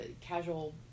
casual